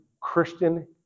Christian